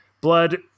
blood